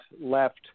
left